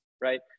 right